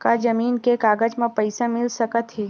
का जमीन के कागज म पईसा मिल सकत हे?